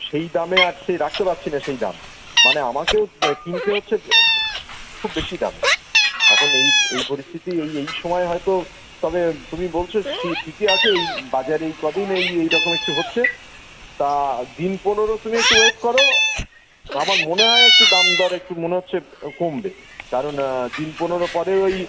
সেই দামে আর সে রাখতে পারছি না সেই দাম মানে আমাকেও কিনতে হচ্ছে খুব বেশি দামে এখন এই এই পরিস্থিতি এই এই সময় হয়তো তবে তুমি বলছ সে ঠিকই আছে এই বাজারে এই কদিন এই এই রকম একটু হচ্ছে তা দিন পনেরো তুমি একটু ওয়েট করো বা আমার মনে হয় একটু দাম দর একটু মনে হচ্ছে কমবে কারণ দিন পনেরো পরে ওই